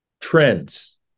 trends